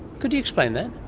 could you explain that?